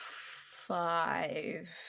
five